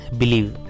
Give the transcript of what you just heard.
believe